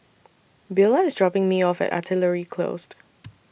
Beulah IS dropping Me off At Artillery Close